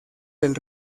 del